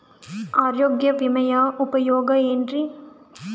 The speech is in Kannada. ಆರೋಗ್ಯ ವಿಮೆಯ ಉಪಯೋಗ ಏನ್ರೀ?